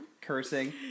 cursing